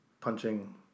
punching